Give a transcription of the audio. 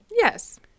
yes